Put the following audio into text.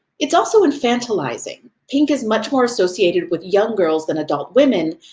it's also infantilizing pink is much more associated with young girls than adult women,